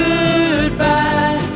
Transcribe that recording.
Goodbye